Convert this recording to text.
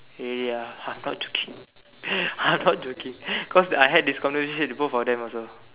ya I'm not joking I'm not joking because I had this conversation with both of them also